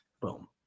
Boom